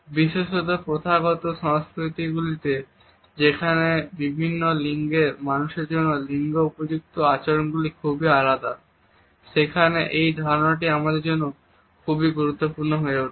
বিশেষত প্রথাগত সংস্কৃতিগুলিতে যেখানে বিভিন্ন লিঙ্গের মানুষের জন্য লিঙ্গ উপযুক্ত আচরণ গুলি খুবই আলাদা সেখানে এই ধারণাটি আমাদের জন্য খুবই গুরুত্বপূর্ণ হয়ে ওঠে